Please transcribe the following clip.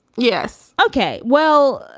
yes. okay. well,